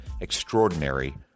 extraordinary